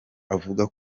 avuga